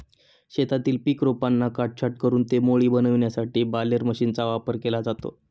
शेतातील पीक रोपांना काटछाट करून ते मोळी बनविण्यासाठी बालेर मशीनचा वापर केला जातो